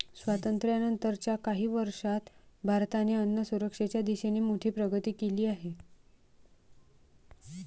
स्वातंत्र्यानंतर च्या काही वर्षांत भारताने अन्नसुरक्षेच्या दिशेने मोठी प्रगती केली आहे